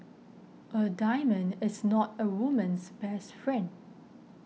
a diamond is not a woman's best friend